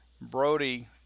Brody